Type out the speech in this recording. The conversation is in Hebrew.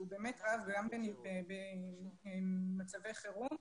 שהוא באמת רב גם במצבי חירום,